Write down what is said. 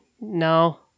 No